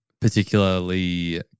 particularly